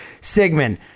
Sigmund